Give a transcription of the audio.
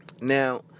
Now